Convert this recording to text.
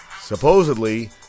Supposedly